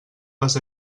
les